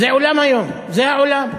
זה העולם היום, זה העולם.